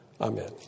Amen